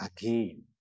again